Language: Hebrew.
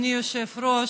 אדוני היושב-ראש,